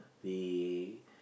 the